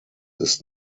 ist